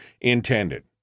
intended